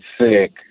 sick